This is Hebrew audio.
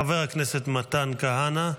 חבר הכנסת מתן כהנא,